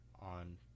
on